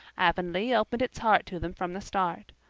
avonlea opened its heart to them from the start.